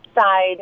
side